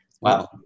Wow